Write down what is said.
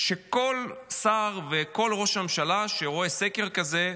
שכל שר וכל ראש ממשלה שרואה סקר כזה,